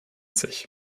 sich